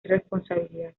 responsabilidad